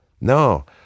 No